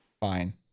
fine